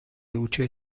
luce